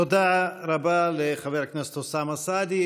תודה רבה לחבר הכנסת אוסאמה סעדי.